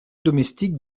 domestique